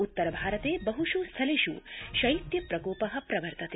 उत्तर भारते बहुषु स्थलेषु शैत्य प्रकोप प्रवर्तते